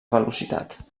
velocitat